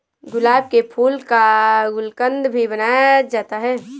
गुलाब के फूल का गुलकंद भी बनाया जाता है